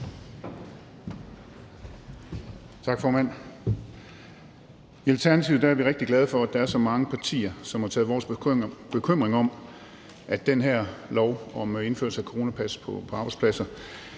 Tak, formand. I Alternativet er vi rigtig glade for, at der er så mange partier, som tager del i vores bekymring om, at den her lov om indførelse af coronapas på arbejdspladser